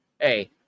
hey